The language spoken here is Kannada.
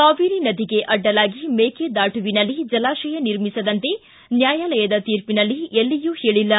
ಕಾವೇರಿ ನದಿಗೆ ಅಡ್ಡಲಾಗಿ ಮೇಕೆದಾಟುವಿನಲ್ಲಿ ಜಲಾಶಯ ನಿರ್ಮಿಸದಂತೆ ನ್ಯಾಯಾಲಯದ ತೀರ್ಪಿನಲ್ಲಿ ಎಲ್ಲಿಯೂ ಹೇಳಿಲ್ಲ